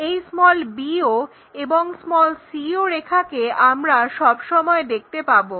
এই bo এবং co রেখাকে আমরা সবসময় দেখতে পাবো